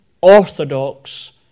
orthodox